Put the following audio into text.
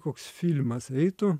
koks filmas eitų